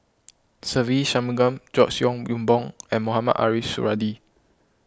Se Ve Shanmugam George Yeo Yong Boon and Mohamed Ariff Suradi